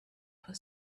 put